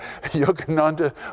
Yogananda